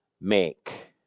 make